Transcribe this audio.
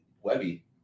Webby